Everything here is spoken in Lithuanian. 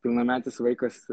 pilnametis vaikas